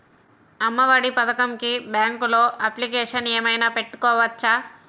అమ్మ ఒడి పథకంకి బ్యాంకులో అప్లికేషన్ ఏమైనా పెట్టుకోవచ్చా?